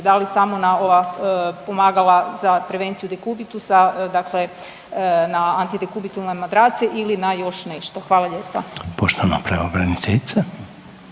Da li samo na ova pomagala za prevenciju dekubitusa, dakle na antidekubitilne madrace ili na još nešto? Hvala lijepa. **Reiner, Željko